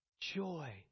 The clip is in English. joy